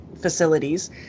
facilities